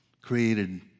created